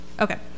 Okay